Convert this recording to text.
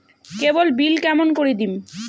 কেবল bill কেমন করি দিম?